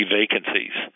vacancies